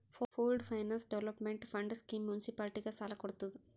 pooled finance development fund scheme ಮುನ್ಸಿಪಾಲಿಟಿಗ ಸಾಲ ಕೊಡ್ತುದ್